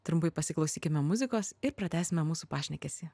trumpai pasiklausykime muzikos ir pratęsime mūsų pašnekesį